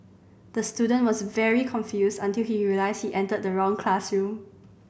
the student was very confused until he realised he entered the wrong classroom